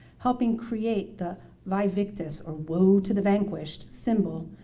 helping create the vie victus, or woe to the vanquished, symbol,